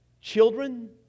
Children